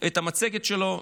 את המצגת שלו.